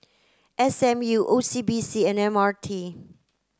S M U O C B C and M R T